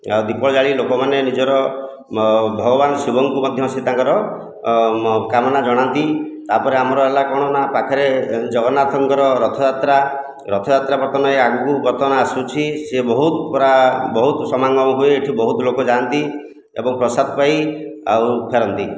ଆଉ ଦୀପ ଜାଳି ଲୋକମାନେ ନିଜର ଭଗବାନ ଶିବଙ୍କୁ ମଧ୍ୟ ସେ ତାଙ୍କର କାମନା ଜଣାନ୍ତି ତା'ପରେ ଆମର ହେଲା କ'ଣ ନା ପାଖରେ ଜଗନ୍ନାଥଙ୍କର ରଥଯାତ୍ରା ରଥଯାତ୍ରା ବର୍ତ୍ତମାନ ଆଗକୁ ବର୍ତ୍ତମାନ ଆସୁଛି ସେ ବହୁତ ପୁରା ବହୁତ ସମାଗମ ହୁଏ ଏଠି ବହୁତ ଲୋକ ଯାଆନ୍ତି ଏବଂ ପ୍ରସାଦ ପାଇ ଆଉ ଫେରନ୍ତି